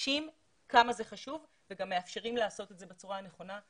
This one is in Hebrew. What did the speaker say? שממחישים כמה זה חשוב וגם מאפשרים לעשות את זה בצורה הנכונה.